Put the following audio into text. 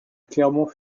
clermont